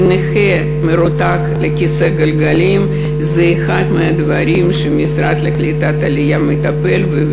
ונכה מרותק לכיסא גלגלים זה אחד מהדברים שהמשרד לקליטת העלייה מטפל בהם,